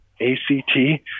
A-C-T